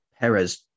Perez